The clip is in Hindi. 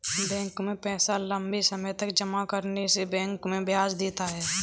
बैंक में पैसा लम्बे समय तक जमा रहने से बैंक हमें ब्याज देता है